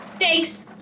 Thanks